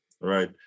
Right